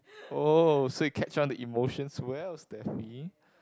oh so you catch on the emotions well Stephanie